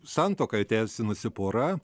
santuoką įteisinusi pora